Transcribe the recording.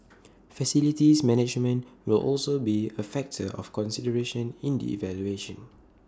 facilities management will also be A factor of consideration in the evaluation